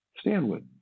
Stanwood